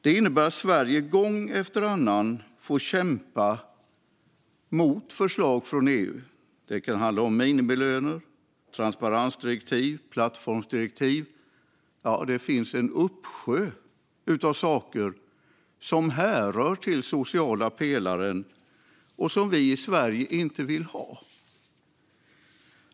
Det innebär att Sverige gång efter annan får kämpa mot förslag från EU. Det kan handla om minimilöner, transparensdirektiv och plattformsdirektiv. Det är en uppsjö av saker som hör till den sociala pelaren som vi i Sverige inte vill ha.